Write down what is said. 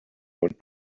want